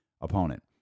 opponent